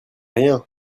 rien